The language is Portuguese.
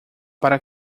para